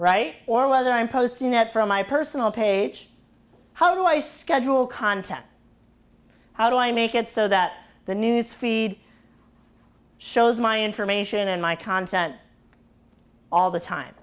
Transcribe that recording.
right or whether i'm posting it from my personal page how do i schedule content how do i make it so that the news feed shows my information and my content all the time